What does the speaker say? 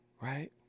Right